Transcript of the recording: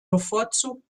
bevorzugt